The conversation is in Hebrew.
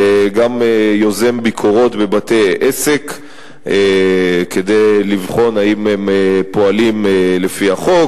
וגם יוזם ביקורות בבתי-עסק כדי לבחון אם הם פועלים לפי החוק.